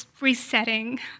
resetting